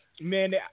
man